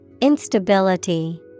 Instability